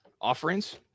offerings